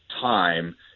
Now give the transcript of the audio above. time –